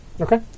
Okay